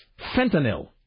fentanyl